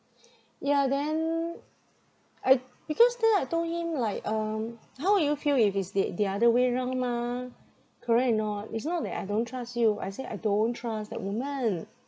yeah then I because then I told him like um how would you feel if it's the the other way round mah correct or not it's not that I don't trust you I say I don't trust that woman